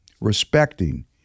respecting